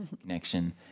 connection